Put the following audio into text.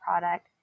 product